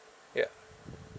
ya